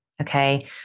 Okay